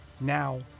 Now